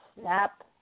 Snap